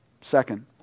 Second